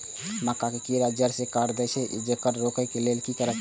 मक्का के कीरा जड़ से काट देय ईय येकर रोके लेल की करब?